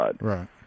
Right